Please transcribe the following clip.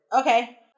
Okay